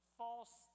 false